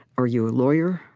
are you a lawyer?